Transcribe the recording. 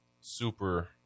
super